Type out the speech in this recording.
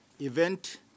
event